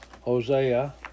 Hosea